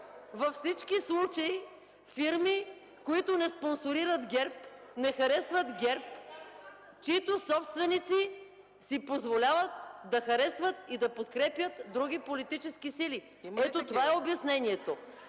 Във всички случаи – фирми, които не спонсорират ГЕРБ, не харесват ГЕРБ, чиито собственици си позволяват да харесват и да подкрепят други политически сили. (Викове от